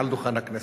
מעל דוכן הכנסת.